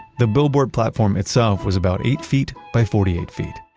the billboard platform itself was about eight feet by forty eight feet,